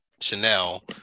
Chanel